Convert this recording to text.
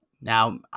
Now